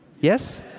Yes